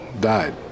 died